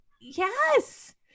Yes